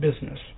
business